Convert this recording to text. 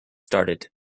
started